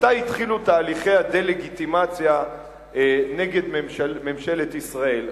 מתי התחילו תהליכי הדה-לגיטימציה נגד ממשלת ישראל.